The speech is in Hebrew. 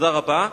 תודה רבה.